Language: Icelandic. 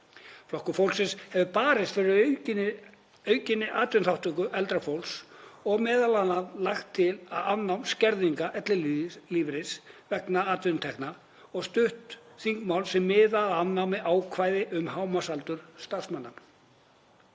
Flokkur fólksins hefur barist fyrir aukinni atvinnuþátttöku eldra fólks og m.a. lagt til afnám skerðingar ellilífeyris vegna atvinnutekna og stutt þingmál sem miða að afnámi ákvæða um hámarksaldur starfsmanna.